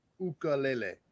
ukulele